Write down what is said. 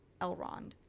Elrond